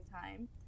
time